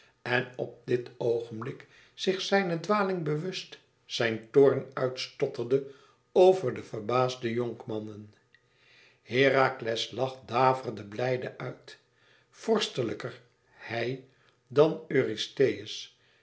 en op dit oogenblik zich zijne dwaling bewust zijn toorn uit stotterde over de verbaasde jonkmannen herakles lach daverde blijde uit vorstelijker hij dan eurystheus